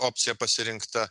opcija pasirinkta